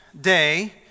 Day